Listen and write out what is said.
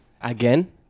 Again